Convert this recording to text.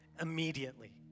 immediately